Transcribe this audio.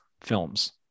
films